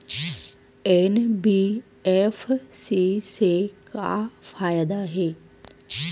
NBFC से का फ़ायदा हे?